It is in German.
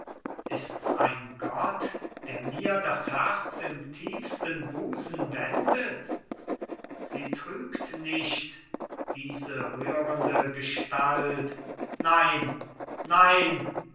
ists ein gott der mir das herz im tiefsten busen wendet sie trügt nicht diese rührende gestalt nein nein